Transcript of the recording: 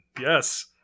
yes